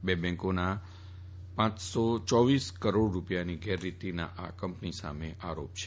બે બેંકોના પાંચસો ચોવીસ કરોડ રૂપિયાની ગેરરીતીના આ કંપની સામે આરોપ છે